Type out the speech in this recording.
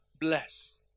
Bless